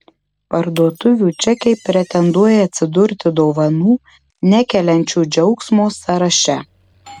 parduotuvių čekiai pretenduoja atsidurti dovanų nekeliančių džiaugsmo sąraše